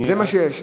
זה מה שיש.